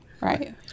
Right